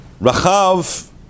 Rachav